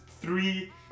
three